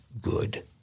good